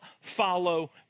follow